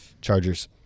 Chargers